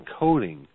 encoding